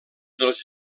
dels